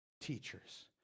teachers